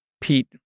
Pete